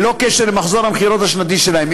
ללא קשר למחזור המכירות השנתי שלהם.